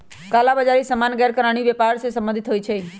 कला बजारि सामान्य गैरकानूनी व्यापर से सम्बंधित होइ छइ